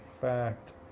fact